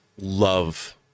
love